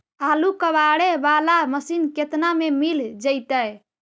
आलू कबाड़े बाला मशीन केतना में मिल जइतै?